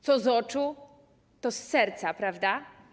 Co z oczu, to z serca, prawda?